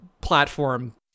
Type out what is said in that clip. platform